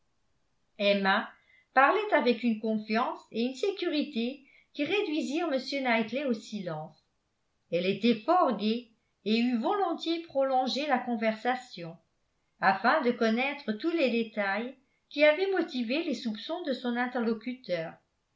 emma parlait avec une confiance et une sécurité qui réduisirent m knightley au silence elle était fort gaie et eut volontiers prolongé la conversation afin de connaître tous les détails qui avaient motivé les soupçons de son interlocuteur